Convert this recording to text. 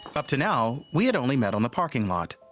up to now we had only met on the parking lot.